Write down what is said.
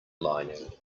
lining